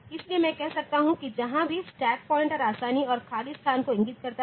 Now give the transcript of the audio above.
इसलिए मैं कह सकता हूँ कि जहाँ भी स्टैक पॉइंटर आसानी और खाली स्थान को इंगित करता है